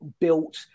built